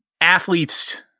athletes